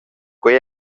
quei